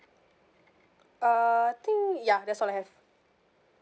uh I think ya that's all I have